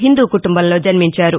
హిందూ కుటుంబంలో జన్మించారు